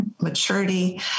maturity